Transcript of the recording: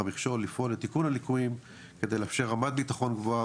המכשול לפעול לתיקון הליקויים כדי לאפשר רמת ביטחון גבוהה,